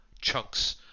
chunks